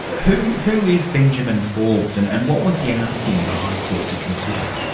who who is benjamin forbes and and what was he asking the high court to consider?